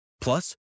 Plus